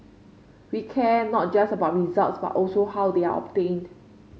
we care not just about results but also how they are obtained